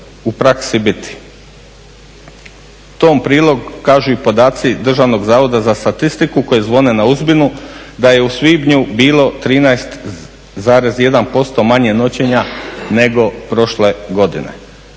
u praksi biti. Tom u prilog govore i podaci Državnog zavoda za statistiku koji zvone na uzbunu da je u svibnju bilo 13,1% manje noćenja nego prošle godine.